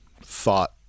thought